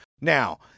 Now